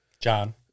John